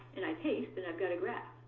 and i paste, and i've got a graph.